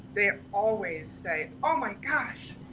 they always say, oh my gosh!